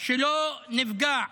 שלא נפגע,